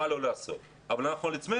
תבינו מה אתם עושים אתם מבקשים לפתוח מסגרת,